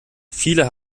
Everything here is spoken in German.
viele